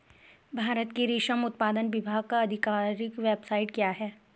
भारत के रेशम उत्पादन विभाग का आधिकारिक वेबसाइट क्या है?